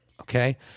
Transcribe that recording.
Okay